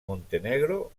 montenegro